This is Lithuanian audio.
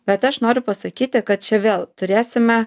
bet aš noriu pasakyti kad čia vėl turėsime